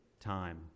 time